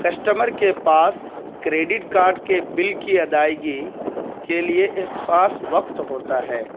customer کے پاس credit card کے بل کی ادائیگی کے لیے ایک خاص وقت ہوتا ہے